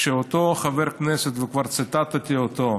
כשאותו חבר כנסת, וכבר ציטטתי אותו,